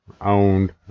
owned